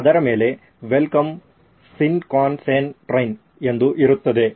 ಅದರ ಮೇಲೆ welcome Shinkansen train ಎಂದು ಇರುತ್ತದೆ